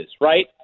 right